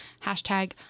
Hashtag